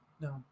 No